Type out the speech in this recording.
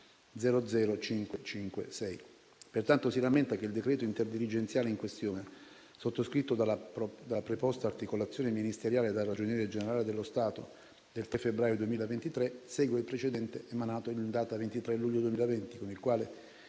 Pertanto, si rammenta che il decreto interdirigenziale in questione, sottoscritto dalla preposta articolazione ministeriale e dal Ragioniere generale dello Stato, del 3 febbraio 2023, segue il precedente emanato in data 23 luglio 2020, con il quale